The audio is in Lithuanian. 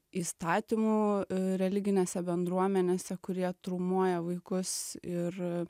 įstatymų religinėse bendruomenėse kurie traumuoja vaikus ir